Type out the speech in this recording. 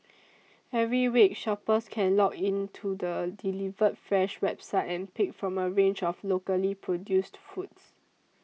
every week shoppers can log into the Delivered Fresh website and pick from a range of locally produced foods